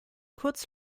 kurz